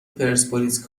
پرسپولیس